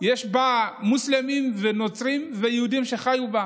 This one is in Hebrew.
ויש בה מוסלמים ונוצרים ויהודים שחיו בה,